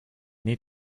need